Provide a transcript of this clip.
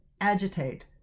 agitate